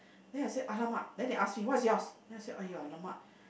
then I said !alamak! then they ask me what is yours then I said !aiya! !alamak!